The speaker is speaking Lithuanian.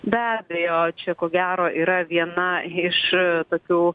be abejo čia ko gero yra viena iš tokių